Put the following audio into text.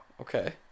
Okay